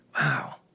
wow